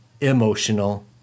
emotional